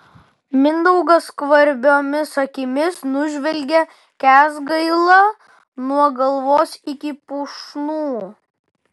mindaugas skvarbiomis akimis nužvelgia kęsgailą nuo galvos iki pušnų